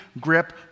grip